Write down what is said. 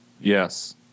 Yes